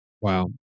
Wow